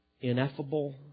ineffable